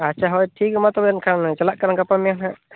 ᱟᱪᱪᱷᱟ ᱦᱳᱜ ᱴᱷᱤᱠ ᱜᱮᱭᱟ ᱢᱟᱛᱚᱵᱮ ᱮᱱᱠᱷᱟᱱ ᱪᱟᱞᱟᱜ ᱠᱟᱧᱟᱱᱧ ᱜᱟᱯᱟ ᱢᱮᱭᱟᱝ ᱦᱟᱜ